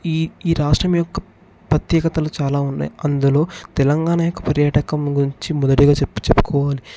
ఈ ఈ రాష్ట్రం యొక్క ప్రత్యేకతలు చాలా ఉన్నాయి అందులో తెలంగాణ యొక్క పర్యాటకం గురించి మొదటిగా చెప్పుకోవాలి